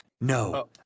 no